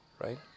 right